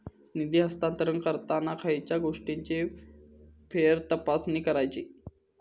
निधी हस्तांतरण करताना खयच्या गोष्टींची फेरतपासणी करायची?